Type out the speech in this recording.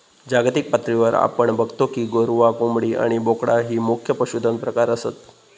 जागतिक पातळीवर आपण बगतो की गोरवां, कोंबडी आणि बोकडा ही मुख्य पशुधन प्रकार आसत